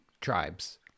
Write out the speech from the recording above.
tribes